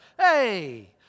Hey